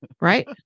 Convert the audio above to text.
Right